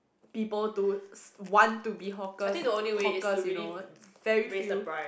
people to want to be hawkers hawkers you know very few